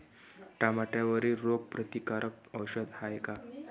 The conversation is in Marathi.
टमाट्यावरील रोग प्रतीकारक औषध हाये का?